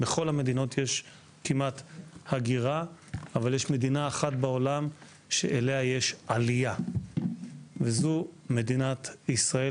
לכל המדינות יש הגירה אבל יש מדינה אחת שאליה יש עלייה וזו מדינת ישראל.